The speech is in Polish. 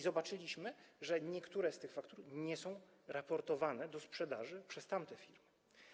Zobaczyliśmy, że niektóre z tych faktur nie są raportowane do sprzedaży przez tamte firmy.